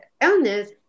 illness